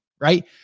right